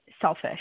selfish